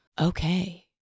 okay